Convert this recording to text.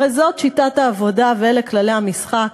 הרי זאת שיטת העבודה ואלה כללי המשחק.